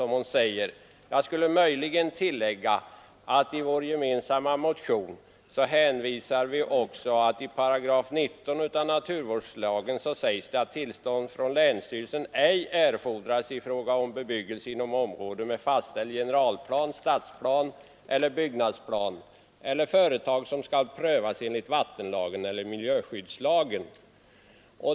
Möjligen skulle jag vilja tillägga att vi i vår gemensamma motion också hänvisar till att i 19 § naturvårdslagen sägs att tillstånd från länsstyrelsen ej erfordras i fråga om bebyggelse inom område med fastställd generalplan, stadsplan eller byggnadsplan eller företag som skall prövas enligt vattenlagen eller miljöskyddslagen.